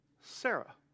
Sarah